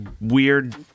weird